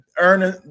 earning